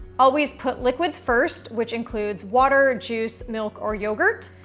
always put liquids first which includes water, juice, milk, or yogurt.